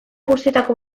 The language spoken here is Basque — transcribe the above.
guztietako